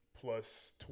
plus